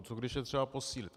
Co když je třeba posílit?